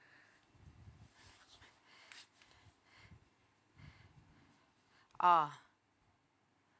oh